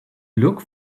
look